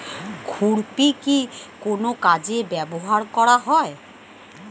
খুরপি কি কোন কাজে ব্যবহার করা হয়?